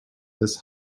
this